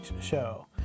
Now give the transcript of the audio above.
show